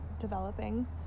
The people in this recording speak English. developing